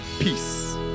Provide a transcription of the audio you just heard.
Peace